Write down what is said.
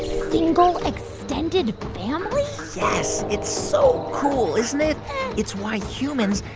single extended family yes, it's so cool, isn't it's why humans,